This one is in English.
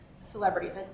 celebrities